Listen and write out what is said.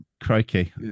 Crikey